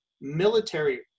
military